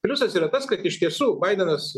pliusas yra tas kad iš tiesų baidenas